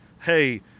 hey